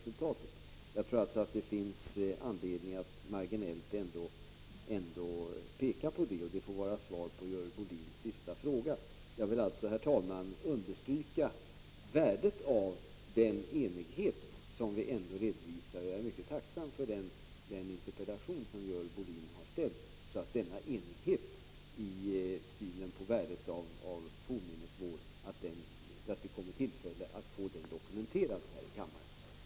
Jag 16 december 1985 tror alltså att det finns anledning att marginellt peka på detta - och dt får ZH - Om kostnadsansvaret vara svar på den sista frågan i Görel Bohlins anförande. gj : Jag vill, herr talman, understryka värdet av den enighet som vi ändå förvissa arkeologiska utgrävningar redovisar, och jag är mycket tacksam för att Görel Bohlin har ställt denna interpellation, så att vi fick tillfälle att här i kammaren dokumentera denna enighet i synen på värdet av fornminnesvård.